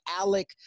Alec